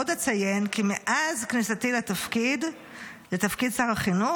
עוד אציין כי מאז כניסתי לתפקיד שר החינוך